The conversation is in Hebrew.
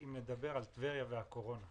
כפי שכולם אמרו לפניי, לטבריה יש פוטנציאל אדיר.